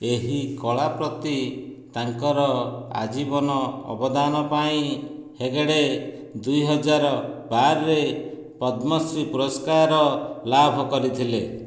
ଏହି କଳା ପ୍ରତି ତାଙ୍କର ଆଜୀବନ ଅବଦାନ ପାଇଁ ହେଗଡ଼େ ଦୁଇ ହଜାର ବାରରେ ପଦ୍ମଶ୍ରୀ ପୁରସ୍କାର ଲାଭ କରିଥିଲେ